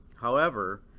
however,